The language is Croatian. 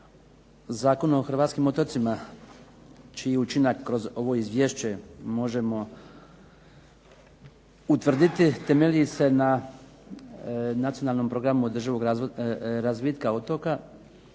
Zakon o hrvatskim otocima čiji učinak kroz ovo izvješće možemo utvrditi temelji se na nacionalnom programu održivog razvitka otoka,